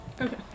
Okay